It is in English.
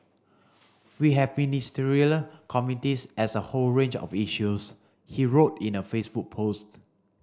we have Ministerial Committees as a whole range of issues he wrote in a Facebook post